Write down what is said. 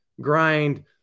grind